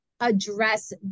address